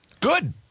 Good